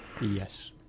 Yes